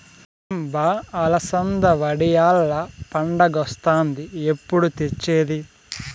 ఏం బా అలసంద వడియాల్ల పండగొస్తాంది ఎప్పుడు తెచ్చేది